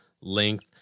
length